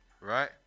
right